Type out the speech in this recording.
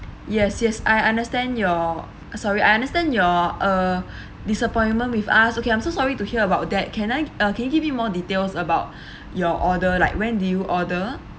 yes yes I understand your uh sorry I understand your uh disappointment with us okay I'm so sorry to hear about that can I uh can you give me more details about your order like when did you order